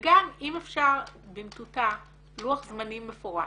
וגם, אם אפשר, במטותא, לוח זמנים מפורט.